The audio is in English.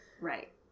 Right